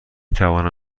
توانم